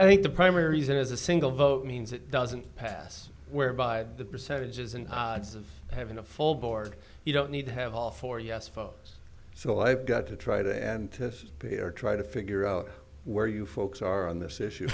think the primary reason is a single vote means it doesn't pass whereby the percentages and odds of having a full board you don't need to have all four yes folks so i've got to try to anticipate or try to figure out where you folks are on this issue